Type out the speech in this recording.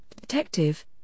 Detective